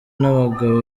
n’abagabo